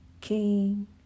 king